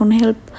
help